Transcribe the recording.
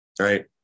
right